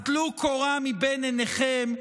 אז טלו קורה מבין עיניכם.